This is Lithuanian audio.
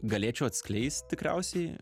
galėčiau atskleist tikriausiai